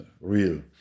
real